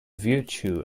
virtue